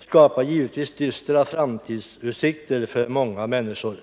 skapar givetvis dystra framtidsutsikter för många människor.